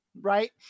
right